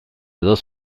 dos